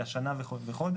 אלא שנה וחודש,